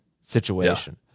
situation